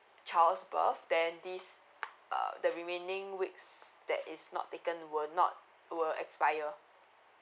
child's birth then this uh the remaining weeks that is not taken will not will expire